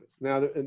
Now